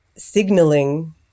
signaling